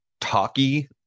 talky